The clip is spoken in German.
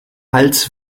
hals